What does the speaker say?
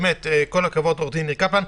כל הכבוד, עו"ד ניר קפלן.